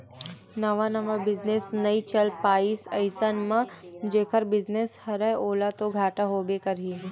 नवा नवा बिजनेस नइ चल पाइस अइसन म जेखर बिजनेस हरय ओला तो घाटा होबे करही